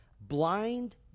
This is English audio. blind